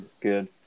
Good